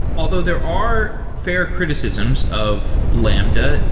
although there are fair criticisms of lambda.